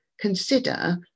consider